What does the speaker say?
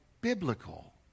biblical